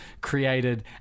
created